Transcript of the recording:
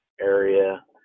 area